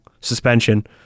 suspension